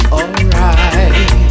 alright